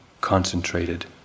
concentrated